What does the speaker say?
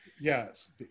Yes